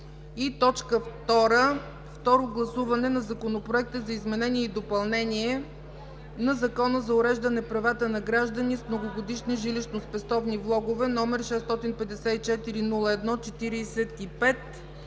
2. Второ гласуване на Законопроекта за изменение и допълнение на Закона за уреждане правата на граждани с многогодишни жилищно-спестовни влогове, № 654-01-45,